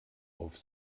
auf